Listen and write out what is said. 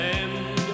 end